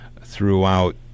throughout